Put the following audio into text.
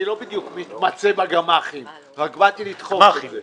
אני לא בדיוק מתמצא בגמ"חים רק באתי לדחוף את זה.